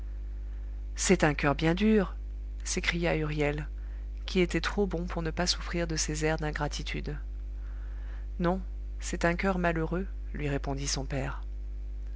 c'est un coeur bien dur s'écria huriel qui était trop bon pour ne pas souffrir de ces airs d'ingratitude non c'est un coeur malheureux lui répondit son père